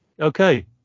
okay